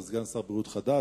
אתה סגן שר בריאות חדש,